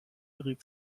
rief